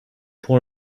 pour